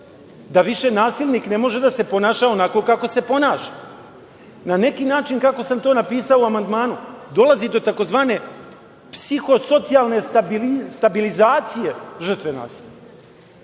da više nasilnik ne može da se ponaša onako kako se ponaša. Na neki način, kako sam to napisao u amandmanu, dolazi do tzv. psihosocijalne stabilizacije žrtve nasilja,